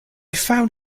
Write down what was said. found